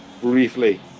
briefly